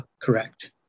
Correct